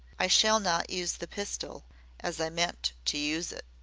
i shall not use the pistol as i meant to use it.